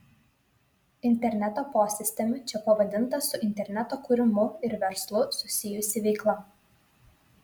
interneto posistemiu čia pavadinta su interneto kūrimu ir verslu susijusi veikla